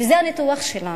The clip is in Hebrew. וזה הניתוח שלנו,